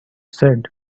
said